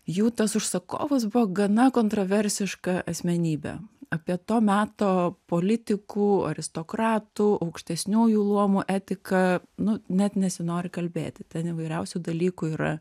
jų tas užsakovas buvo gana kontroversiška asmenybė apie to meto politikų aristokratų aukštesniųjų luomų etiką nu net nesinori kalbėti ten įvairiausių dalykų yra